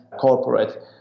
corporate